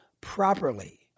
properly